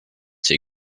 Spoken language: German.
sie